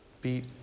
beat